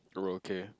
oh okay